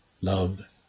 love